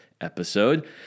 episode